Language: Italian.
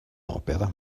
opera